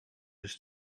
does